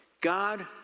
God